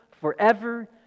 forever